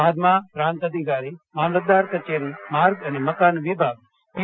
બાદમાં પ્રાંત અધિકારી મામલતદાર કચેરી માર્ગ અને મકાન વિભાગ પી